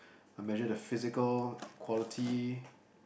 I measure the physical quality